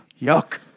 Yuck